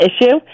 issue